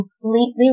completely